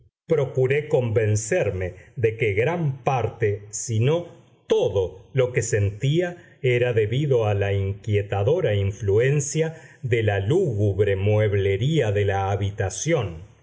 procuré convencerme de que gran parte si no todo lo que sentía era debido a la inquietadora influencia de la lúgubre mueblería de la habitación